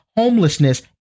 Homelessness